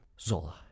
Zola